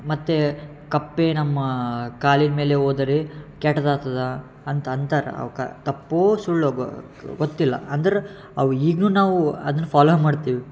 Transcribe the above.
ಮತ್ತು ಕಪ್ಪೆ ನಮ್ಮ ಕಾಲಿನ ಮೇಲೆ ಹೋದರೆ ಕೆಟ್ದು ಆಗ್ತದ ಅಂತ ಅಂತಾರೆ ಅವ್ಕೆ ತಪ್ಪೋ ಸುಳ್ಳೋ ಗೊತ್ತಿಲ್ಲ ಅಂದ್ರೆ ಅವು ಈಗ್ಲೂ ನಾವು ಅದನ್ನು ಫೋಲೋ ಮಾಡ್ತೀವಿ